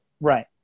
Right